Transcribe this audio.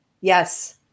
Yes